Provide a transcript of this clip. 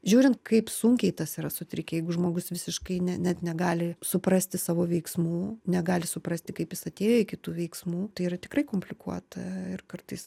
žiūrint kaip sunkiai tas yra sutrikę jeigu žmogus visiškai ne net negali suprasti savo veiksmų negali suprasti kaip jis atėjo iki tų veiksmų tai yra tikrai komplikuota ir kartais